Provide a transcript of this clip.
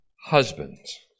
husbands